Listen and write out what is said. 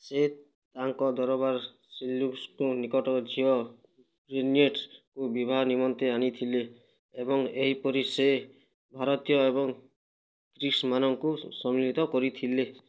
ସେ ତାଙ୍କ ଦରବାର ସେଲ୍ୟୁକସ୍ ନିକେଟର୍ଙ୍କ ଝିଅ ଜୁନିଏଟେ ଙ୍କୁ ବିବାହ ନିମନ୍ତେ ଆଣିଥିଲେ ଏବଂ ଏହିପରି ସେ ଭାରତୀୟ ଏବଂ ଗ୍ରୀକ୍ମାନଙ୍କୁ କରିଥିଲେ